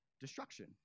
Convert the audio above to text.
destruction